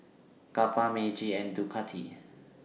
Kappa Meiji and Ducati